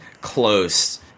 close